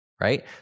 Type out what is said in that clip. Right